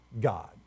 God